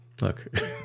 look